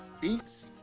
beats